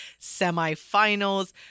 semifinals